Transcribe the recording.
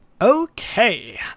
Okay